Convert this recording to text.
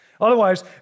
Otherwise